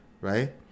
right